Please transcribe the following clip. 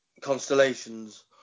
constellations